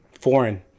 foreign